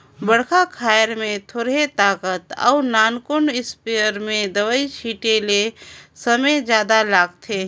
बड़खा खायर में थोरहें ताकत अउ नानकुन इस्पेयर में दवई छिटे ले समे जादा लागथे